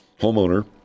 Homeowner